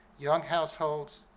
young households,